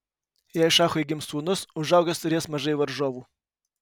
jei šachui gims sūnus užaugęs turės mažai varžovų